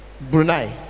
brunei